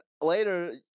later